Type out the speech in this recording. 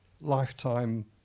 lifetime